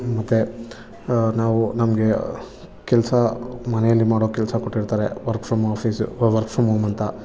ಮತ್ತೆ ನಾವು ನಮಗೆ ಕೆಲಸ ಮನೆಯಲ್ಲಿ ಮಾಡೋ ಕೆಲಸ ಕೊಟ್ಟಿರ್ತಾರೆ work from office work from home ಅಂತ